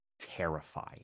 terrifying